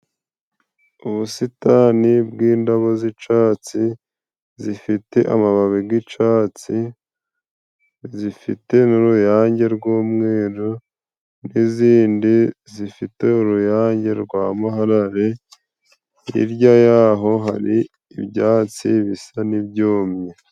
Ubusitani bw'indabo zicatsi zifite amababi g'icyatsi, zifite n'uruyange rw'umweru n'izindi zifite uruyange rwa maharare, hirya yaho hari ibyatsi bisa n'ibyumye.